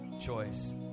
choice